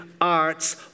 arts